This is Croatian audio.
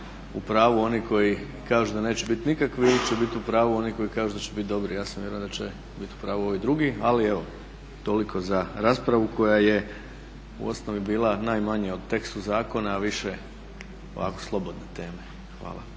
u pravu oni koji kažu da neće biti nikakvi ili će bit u pravu oni koji kažu da će bit dobri. Ja sam vjerovao da će bit u pravu ovi drugi, ali evo toliko za raspravu koja je u osnovi bila najmanje o tekstu zakona, a više ovako slobodne teme. Hvala.